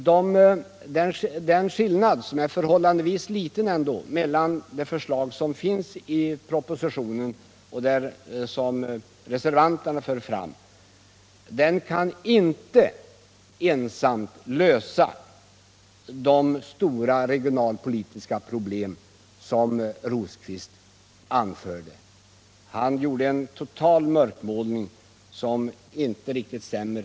Den för = statliga sjöfartsavhållandevis lilla skillnaden mellan förslaget i propositionen och reser = gifterna vanternas förslag kan inte ensam vara en lösning på de stora regionalpolitiska problem som Birger Rosqvist talade om. Han gjorde en total mörkmålning, som inte riktigt stämmer.